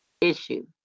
issue